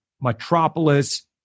Metropolis